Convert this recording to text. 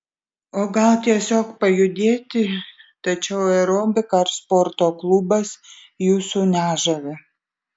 o gal tiesiog pajudėti tačiau aerobika ar sporto klubas jūsų nežavi